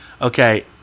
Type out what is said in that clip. okay